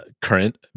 current